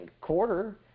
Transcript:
quarter